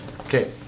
Okay